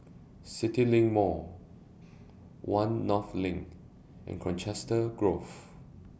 CityLink Mall one North LINK and Colchester Grove